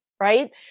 Right